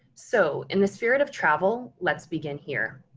so, in the spirit of travel. let's begin here.